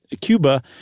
Cuba